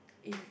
if